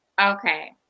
okay